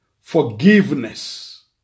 forgiveness